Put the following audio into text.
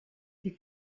die